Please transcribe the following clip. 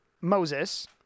Moses